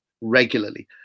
regularly